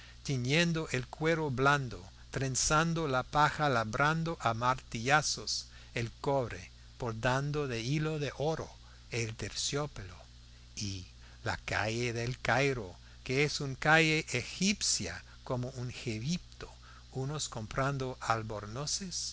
tiñendo el cuero blando trenzando la paja labrando a martillazos el cobre bordando de hilo de oro el terciopelo y la calle del cairo que es una calle egipcia como en egipto unos comprando albornoces